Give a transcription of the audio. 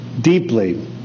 deeply